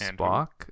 Spock